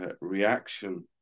reaction